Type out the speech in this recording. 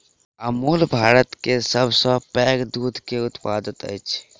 अमूल भारत के सभ सॅ पैघ दूध के उत्पादक अछि